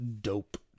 Dope